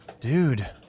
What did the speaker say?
dude